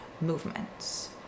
movements